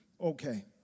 okay